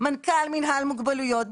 מנכ"ל מנהל מוגבלויות,